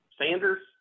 sanders